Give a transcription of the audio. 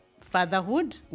fatherhood